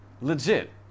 Legit